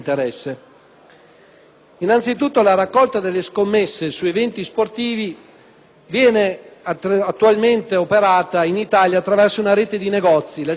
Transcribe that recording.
Innanzitutto, la raccolta delle scommesse su eventi sportivi ippici viene attualmente operata, in Italia, attraverso una rete di negozi (le agenzie di scommesse)